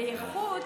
בייחוד